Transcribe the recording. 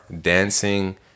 dancing